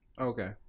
okay